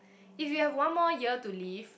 if you have one more year to live